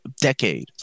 decade